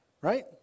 Right